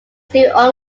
still